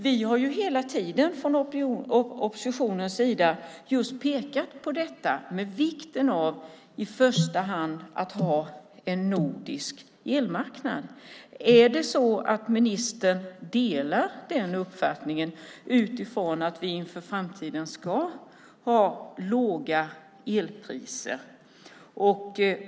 Vi har hela tiden från oppositionens sida pekat på detta med att i första hand ha en nordisk elmarknad. Är det så att ministern delar den uppfattningen att vi inför framtiden ska ha låga elpriser?